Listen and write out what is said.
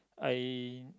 I